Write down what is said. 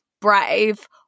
brave